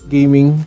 Gaming